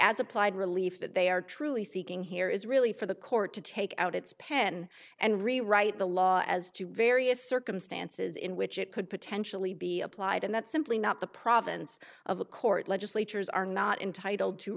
as applied relief that they are truly seeking here is really for the court to take out its pen and rewrite the law as to various circumstances in which it could potentially be applied and that's simply not the province of a court legislatures are not entitled to